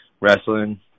wrestling